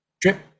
drip